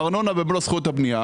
ארנונה בזכות הבנייה,